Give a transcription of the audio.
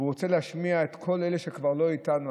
והוא רוצה להשמיע את הקול של אלה שכבר לא איתנו.